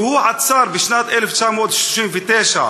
ועצר בשנת 1939,